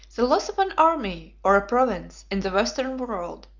the loss of an army, or a province, in the western world,